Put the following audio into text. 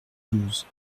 douze